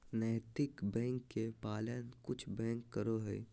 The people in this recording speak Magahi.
नैतिक बैंक के पालन कुछ बैंक करो हइ